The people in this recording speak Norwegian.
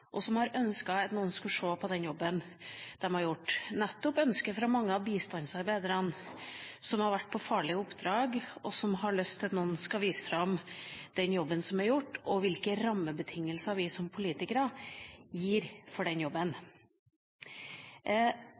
at noen skulle se på den jobben de har gjort, nettopp ønsket fra mange av bistandsarbeiderne som har vært på farlige oppdrag, som har lyst til at noen skal vise fram den jobben som er gjort, og hvilke rammebetingelser vi som politikere gir for den jobben.